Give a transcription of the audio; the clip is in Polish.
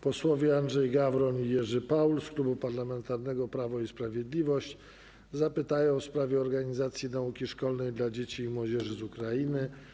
Posłowie Andrzej Gawron i Jerzy Paul z Klubu Parlamentarnego Prawo i Sprawiedliwość zapytają w sprawie organizacji nauki szkolnej dla dzieci i młodzieży z Ukrainy.